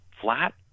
flat